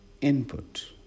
Input